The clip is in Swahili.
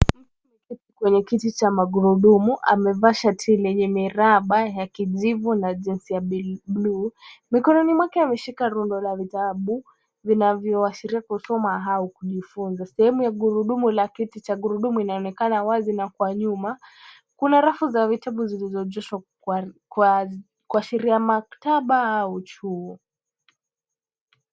Kwenye kiti cha magurudumu ,amevaa shati lenye miraba ya kijivu na jezi ya bluu .Mikononi mwake ameshika rundo la vitabu vinavyoashiria kusoma au kujifunza. Sehemu ya gurudumu la kiti cha gurudumu inaonekana wazi na kwa nyuma kuna rafu za vitabu zilizoonyeshwa kuashiria maktaba chuo.